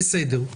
אושר פה אחד.